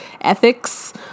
ethics